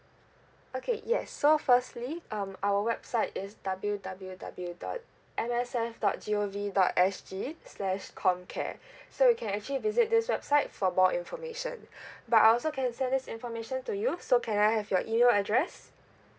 okay yes so firstly um our website is W W W dot M S F dot G O V dot S G slash comcare so you can actually visit this website for more information but I also can send this information to you so can I have your email address